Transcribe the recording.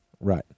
Right